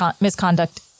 Misconduct